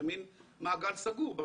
זה מין מעגל סגור.